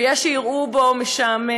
ויש שיראו בו משעמם,